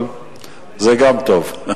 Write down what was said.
אבל זה גם טוב.